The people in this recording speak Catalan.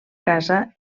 casa